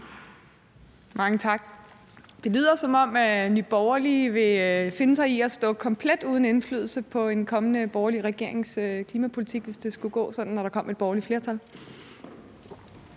(S): Tak. Det lyder, som om Nye Borgerlige vil finde sig i at stå komplet uden indflydelse på en kommende borgerlig regerings klimapolitik, hvis det skulle gå sådan, at der kommer et borgerligt flertal.